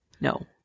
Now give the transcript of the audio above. no